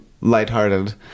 lighthearted